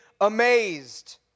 amazed